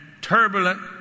turbulent